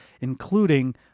including